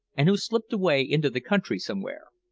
and who slipped away into the country somewhere!